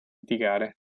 litigare